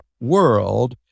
world